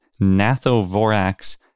Nathovorax